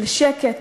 של שקט,